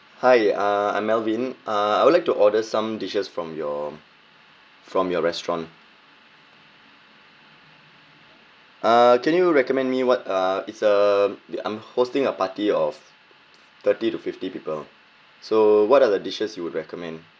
hi uh I'm melvin uh I would like to order some dishes from your from your restaurant uh can you recommend me what uh it's a the I'm hosting a party of thirty to fifty people so what are the dishes you would recommend